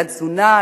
תזונה,